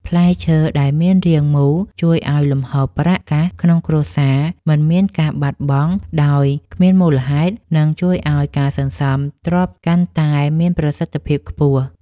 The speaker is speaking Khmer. ផ្លែឈើដែលមានរាងមូលជួយឱ្យលំហូរប្រាក់កាសក្នុងគ្រួសារមិនមានការបាត់បង់ដោយគ្មានមូលហេតុ និង ជួយឱ្យការសន្សំទ្រព្យកាន់តែមានប្រសិទ្ធភាពខ្ពស់។